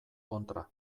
kontra